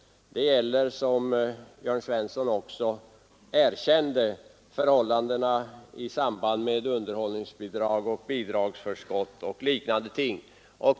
Det gäller, som Jörn Svensson också erkände, förhållandena i samband med underhållsbidrag, bidragsförskott och liknande.